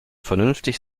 vernünftig